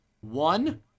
One